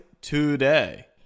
today